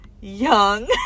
young